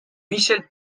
michel